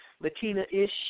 Latina-ish